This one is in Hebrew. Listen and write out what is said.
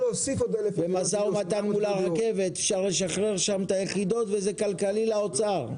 במשא ומתן מול הרכבת אפשר לשחרר שם את היחידות וזה כלכלי לאוצר.